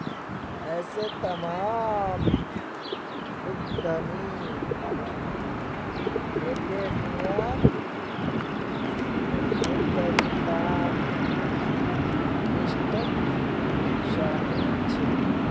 ऐसे तमाम उद्यमी मिल्लेनियल उद्यमितार लिस्टत शामिल छे